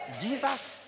Jesus